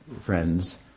friends